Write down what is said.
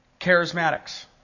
charismatics